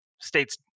States